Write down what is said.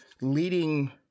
leading